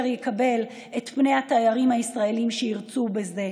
יקבל את פני התיירים הישראלים שירצו בזה.